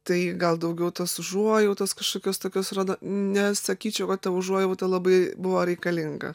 tai gal daugiau tos užuojautos kažkokios tokios rodo nesakyčiau kad ta užuojauta labai buvo reikalinga